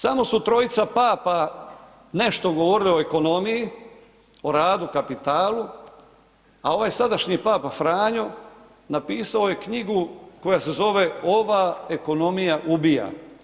Samo su trojica papa nešto govorili o ekonomiju, o radu, kapitalu, a ovaj sadašnji papa Franjo napisao je knjigu koja se zove Ova ekonomija ubija.